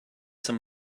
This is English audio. some